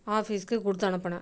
ஆஃபீஸ்க்கு கொடுத்து அனுப்பினேன்